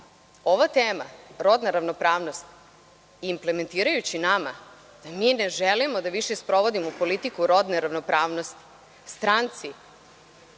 Ova tema, rodna ravnopravnost, implementirajući nama da mi ne želimo da više sprovodimo politiku rodne ravnopravnosti, stranci